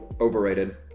overrated